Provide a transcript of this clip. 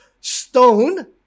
stone